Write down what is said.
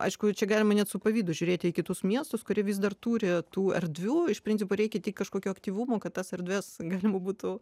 aišku čia galima net su pavydu žiūrėti į kitus miestus kurie vis dar tų retų erdvių iš principo reikia tik kažkokio aktyvumo kad tas erdves galima būtų